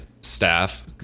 staff